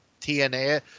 TNA